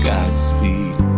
Godspeed